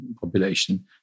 population